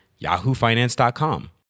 yahoofinance.com